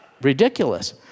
ridiculous